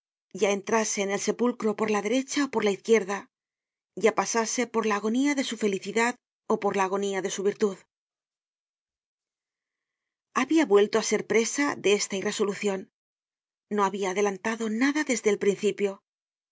ya entrase en el sepulcro por la derecha ó por la izquierda ya pasase por la agonía de su felicidad por la agonía de su virtud content from google book search generated at habia vuelto á ser presa de esta irresolucion no habia adelantado nada desde el principio